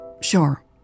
Sure